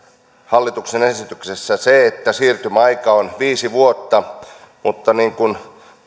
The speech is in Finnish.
hallituksen esityksessä on hyvää se että siirtymäaika on viisi vuotta mutta niin kuin